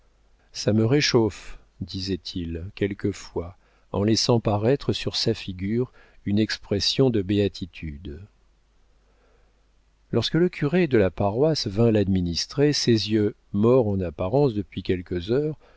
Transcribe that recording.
ça me réchauffe disait-il quelquefois en laissant paraître sur sa figure une expression de béatitude lorsque le curé de la paroisse vint l'administrer ses yeux morts en apparence depuis quelques heures